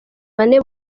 bane